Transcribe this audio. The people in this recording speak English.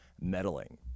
meddling